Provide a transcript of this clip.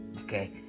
Okay